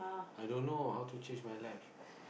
i don't know how to change my life